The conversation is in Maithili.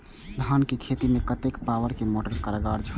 धान के खेती में कतेक पावर के मोटर कारगर होई छै?